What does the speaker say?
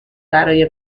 برای